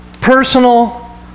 personal